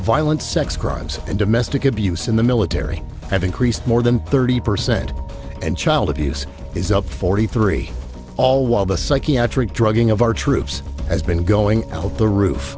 violent sex crimes and domestic abuse in the military have increased more than thirty percent and child abuse is up forty three all while the psychiatric drug ng of our troops has been going out of the roof